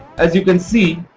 as you can see